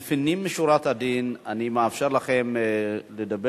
לפנים משורת הדין אני מאפשר לכם לדבר.